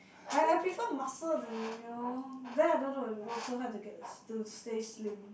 I I prefer muscle than you know then I don't have to work so hard to get to still stay slim